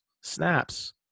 snaps